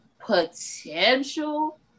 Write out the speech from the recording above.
potential